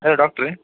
hello doctor